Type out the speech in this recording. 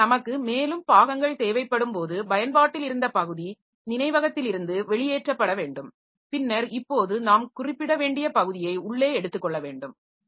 பின்னர் நமக்கு மேலும் பாகங்கள் தேவைப்படும்போது பயன்பாட்டில் இருந்த பகுதி நினைவகத்திலிருந்து வெளியேற்றப்பட வேண்டும் பின்னர் இப்போது நாம் குறிப்பிட வேண்டிய பகுதியை உள்ளே எடுத்துக் கொள்ள வேண்டும்